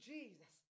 Jesus